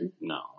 No